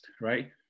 right